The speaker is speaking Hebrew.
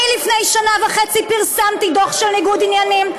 אני לפני שנה וחצי פרסמתי דוח של ניגוד עניינים.